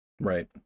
Right